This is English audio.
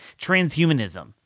transhumanism